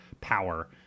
power